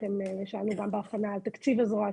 שאלנו גם בהכנה על תקציב הזרוע,